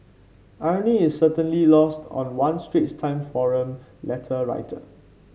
irony is certainly lost on one Straits Times forum letter writer